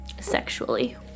sexually